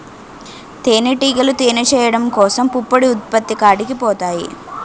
తేనిటీగలు తేనె చేయడం కోసం పుప్పొడి ఉత్పత్తి కాడికి పోతాయి